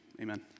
Amen